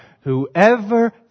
Whoever